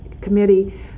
committee